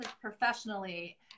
professionally